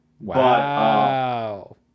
Wow